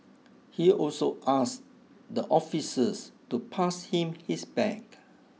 he also asked the officers to pass him his bag